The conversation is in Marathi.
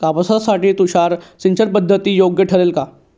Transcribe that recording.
कापसासाठी तुषार सिंचनपद्धती योग्य ठरेल का?